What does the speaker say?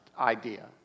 idea